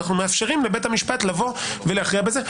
אנחנו מאפשרים לבית המשפט לבוא ולהכריע בזה.